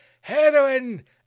heroin